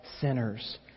sinners